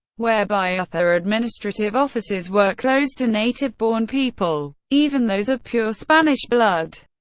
whereby upper administrative offices were closed to native-born people, even those of pure spanish blood.